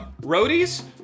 Roadies